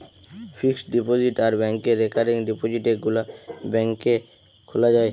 fixed deposit আর ব্যাংকে recurring ডিপোজিটে গুলা ব্যাংকে খোলা যায়